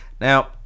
now